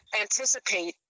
anticipate